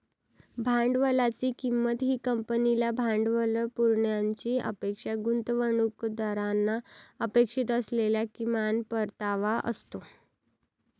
भांडवलाची किंमत ही कंपनीला भांडवल पुरवण्याची अपेक्षा गुंतवणूकदारांना अपेक्षित असलेला किमान परतावा असतो